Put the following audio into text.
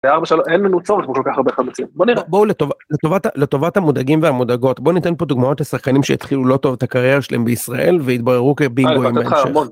‫אין לנו צורך בכל כך הרבה חלוצים. ‫-בואו לטובת המודאגים והמודאגות. ‫בואו ניתן פה דוגמאות לשחקנים ‫שהתחילו לא טוב את הקריירה שלהם בישראל ‫והתבררו כביגובוי בהמשך.